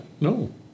no